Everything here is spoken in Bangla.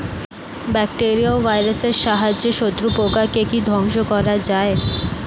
ব্যাকটেরিয়া ও ভাইরাসের সাহায্যে শত্রু পোকাকে কি ধ্বংস করা যায়?